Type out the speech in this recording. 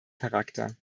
charakter